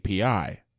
api